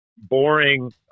Boring